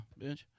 bitch